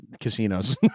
casinos